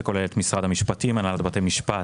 שכולל את משרד המשפטים, הנהלת בתי המשפט